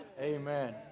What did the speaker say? Amen